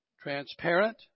transparent